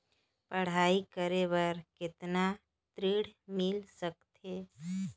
पढ़ाई करे बार कितन ऋण मिल सकथे?